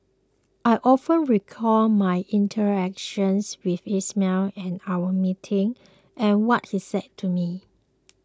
I often recall my interactions with Ismail and our meetings and what he said to me